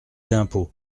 d’impôt